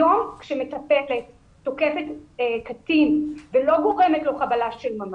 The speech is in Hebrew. היום כאשר מטפלת תוקפת קטין ולא גורמת לו חבלה של ממש,